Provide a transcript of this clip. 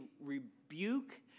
rebuke